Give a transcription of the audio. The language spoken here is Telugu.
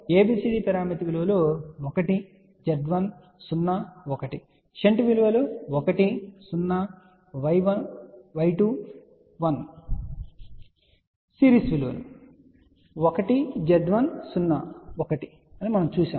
ABCD పారామితి విలువలు 1 Z1 0 1 షంట్ విలువలు 1 0 Y2 1 సిరీస్ విలువలు 1 Z1 0 1 గా చూసాము